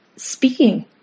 speaking